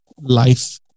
life